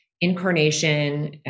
incarnation